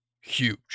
huge